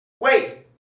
Wait